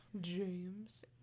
James